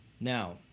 Now